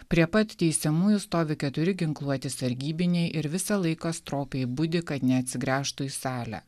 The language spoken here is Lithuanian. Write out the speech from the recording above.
prie pat teisiamųjų stovi keturi ginkluoti sargybiniai ir visą laiką stropiai budi kad neatsigręžtų į salę